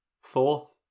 fourth